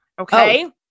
Okay